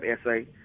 essay